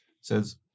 says